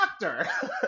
doctor